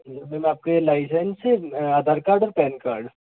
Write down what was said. ma'am आपके licence Aadhaar card और PAN card